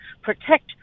protect